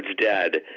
dead,